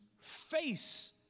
face